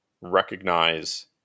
recognize